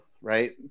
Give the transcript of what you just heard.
right